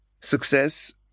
Success